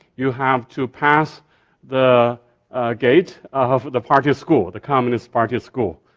you have to pass the gate of the party school, the communist party school.